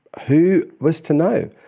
who was to know?